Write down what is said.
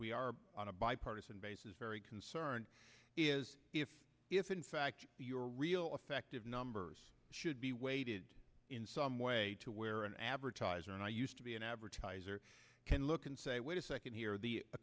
we are on a bipartisan basis very concerned is if in fact your real effective numbers should be weighted in some way to where an advertiser and i used to be an advertiser can look and say wait a second here the